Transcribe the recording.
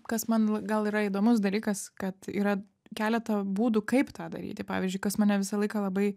kas man gal yra įdomus dalykas kad yra keleta būdų kaip tą daryti pavyzdžiui kas mane visą laiką labai